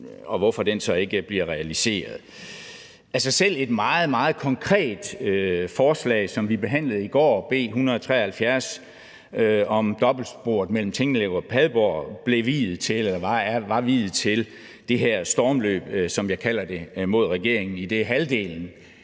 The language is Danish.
og hvorfor den så ikke bliver realiseret. Selv et meget, meget konkret beslutningsforslag, som vi behandlede i går, nr. B 173, om dobbeltsporet mellem Tinglev og Padborg var viet til det her stormløb, som jeg kalder det, mod